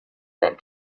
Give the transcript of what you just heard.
that